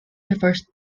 referred